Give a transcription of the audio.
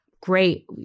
great